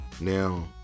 now